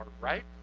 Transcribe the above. right